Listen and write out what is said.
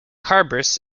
harbours